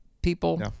people